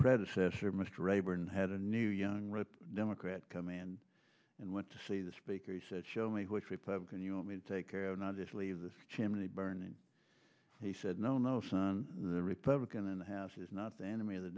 predecessor mr raeburn had a new young rep democrat come in and went to see the speaker he said show me which republican you want me to take care and i'll just leave the chimney burning he said no no son the republican in the house is not the enemy of the